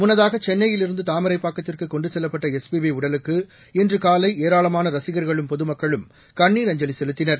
முன்னதாக சென்னையிலிருந்து தாமரைப்பாக்கத்திற்கு கொண்டு செல்லப்பட்ட எஸ்பிபி உடலுக்கு இன்று காலை ஏராளமான ரசிகர்களும் பொதுமக்களும் கண்ணீர் அஞ்சலி செலுத்தினர்